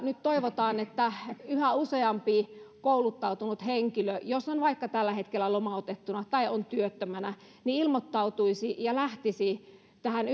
nyt toivotaan että yhä useampi kouluttautunut henkilö jos on vaikka tällä hetkellä lomautettuna tai on työttömänä poikkeuslailla ilmoittautuisi ja lähtisi tähän